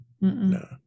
No